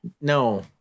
No